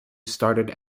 started